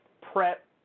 prep